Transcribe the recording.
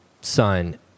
son